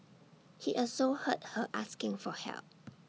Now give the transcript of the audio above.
he also heard her asking for help